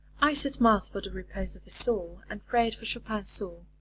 i said mass for the repose of his soul and prayed for chopin's soul.